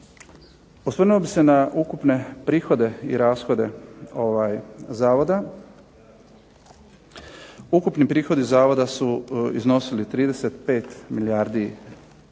Osvrnuo bih se na ukupne prihode i rashode Zavoda. Ukupni prihodi Zavoda su iznosili 35 milijardi i